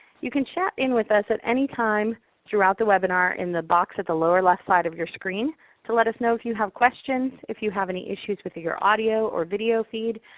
you can chat in with us at any time throughout the webinar in the box at the lower left side of your screen to let us know if you have questions, if you have any issues with your audio or video feed,